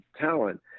talent